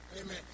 Amen